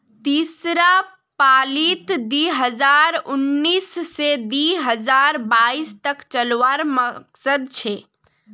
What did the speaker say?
तीसरा पालीत दी हजार उन्नीस से दी हजार बाईस तक चलावार मकसद छे